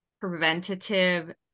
preventative